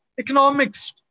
economics